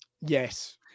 Yes